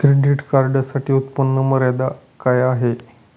Credit कार्डसाठी उत्त्पन्न मर्यादा काय आहे?